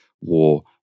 war